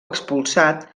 expulsat